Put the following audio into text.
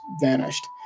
vanished